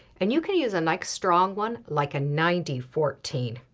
and you can use a nice strong one like a ninety fourteen.